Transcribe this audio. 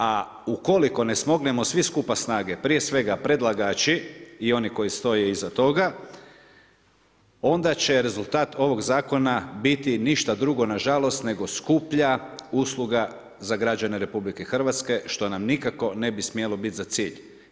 A ukoliko ne smognemo svi skupa snage, prije svega predlagači i oni koji stoje iza toga, onda će rezultat ovoga zakona biti ništa drugo na žalost, nego skuplja usluga za građane Republike Hrvatske što nam nikako ne bi smjelo biti za cilj.